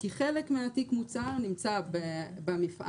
כי חלק מתיק המוצר נמצא במפעל,